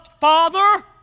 Father